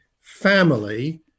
family